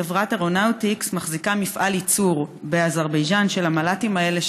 חברת אירונאוטיקס מחזיקה באזרבייג'ן מפעל ייצור של המל"טים האלה,